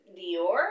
Dior